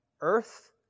earth